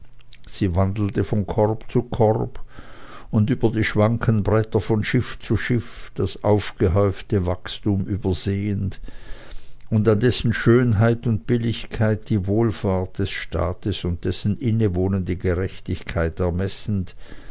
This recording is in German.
sie wandelte von korb zu korb und über die schwanken bretter von schiff zu schiff das aufgehäufte wachstum übersehend und an dessen schönheit und billigkeit die wohlfahrt des staates und dessen innewohnende gerechtigkeit ermessend